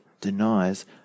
denies